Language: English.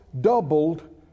doubled